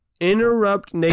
interrupt